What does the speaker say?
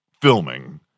filming